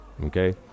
Okay